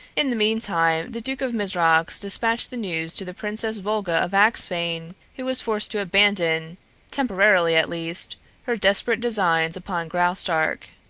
in the meantime the duke of mizrox despatched the news to the princess volga of axphain, who was forced to abandon temporarily, at least her desperate designs upon graustark.